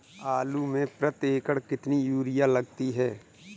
आलू में प्रति एकण कितनी यूरिया लगती है?